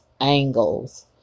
angles